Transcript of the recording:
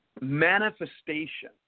manifestation